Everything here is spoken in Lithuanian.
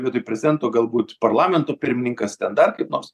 vietoj prezidento galbūt parlamento pirmininkas ten dar kaip nors